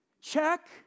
check